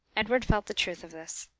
edward felt the truth of this.